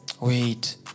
wait